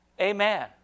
Amen